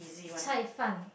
Cai-Fan